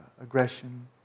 aggression